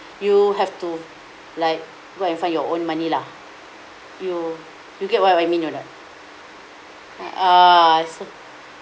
you have to like you go and find your own money lah you you get what I mean or not a'ah so